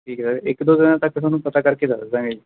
ਠੀਕ ਹੈ ਸਰ ਇੱਕ ਦੋ ਦਿਨਾਂ ਤੱਕ ਤੁਹਾਨੂੰ ਪਤਾ ਕਰਕੇ ਦੱਸ ਦਾਂਗੇ